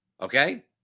Okay